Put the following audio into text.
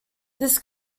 this